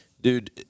Dude